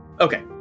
Okay